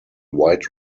wide